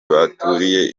baturiye